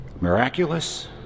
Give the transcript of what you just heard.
Miraculous